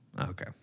Okay